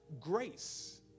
grace